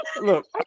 Look